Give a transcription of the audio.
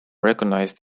recognized